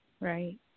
right